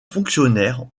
fonctionnaires